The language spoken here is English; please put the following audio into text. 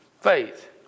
faith